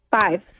Five